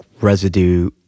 residue